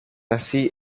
así